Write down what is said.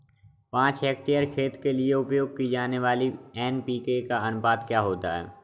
पाँच हेक्टेयर खेत के लिए उपयोग की जाने वाली एन.पी.के का अनुपात क्या होता है?